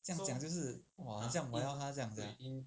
这样讲就是 !wah! 好像我要他这样 sia